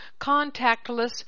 contactless